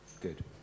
Good